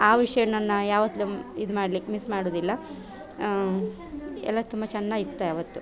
ಆ ವಿಷಯವನ್ನು ನಾ ಯಾವತ್ತು ಇದು ಮಾಡ್ಲಿಕ್ಕೆ ಮಿಸ್ ಮಾಡುವುದಿಲ್ಲ ಎಲ್ಲ ತುಂಬ ಚೆನ್ನಾಗಿ ಇತ್ತು ಆವತ್ತು